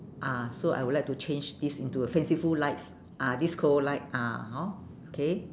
ah so I would like to change this into fanciful lights ah disco light ah hor okay